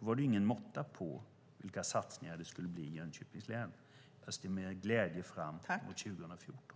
Då var det ingen måtta på vilka satsningar det skulle bli i Jönköpings län. Jag ser med glädje fram emot 2014.